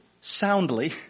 soundly